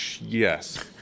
yes